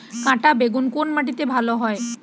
কাঁটা বেগুন কোন মাটিতে ভালো হয়?